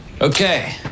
Okay